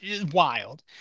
Wild